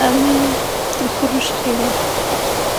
أما الخروج حقيق لحقيقه.